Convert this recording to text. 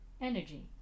energy